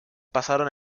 pasaron